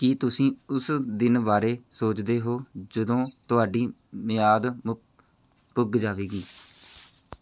ਕੀ ਤੁਸੀਂ ਉਸ ਦਿਨ ਬਾਰੇ ਸੋਚਦੇ ਹੋ ਜਦੋਂ ਤੁਹਾਡੀ ਮਿਆਦ ਪੁੱਗ ਜਾਵੇਗੀ